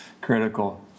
critical